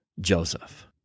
Joseph